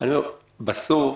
בסוף,